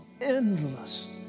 endless